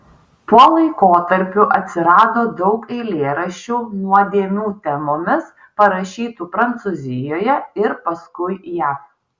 tuo laikotarpiu atsirado daug eilėraščių nuodėmių temomis parašytų prancūzijoje ir paskui jav